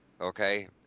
okay